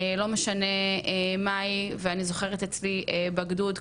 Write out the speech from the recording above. לא משנה מהי ואני זוכרת אצלי בגדוד,